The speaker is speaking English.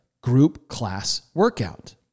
group-class-workout